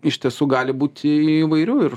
iš tiesų gali būti įvairių ir